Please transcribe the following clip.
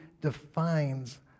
defines